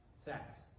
sex